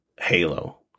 halo